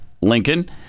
Lincoln